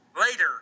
Later